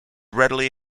readily